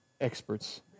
experts